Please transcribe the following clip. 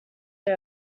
day